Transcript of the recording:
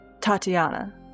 Tatiana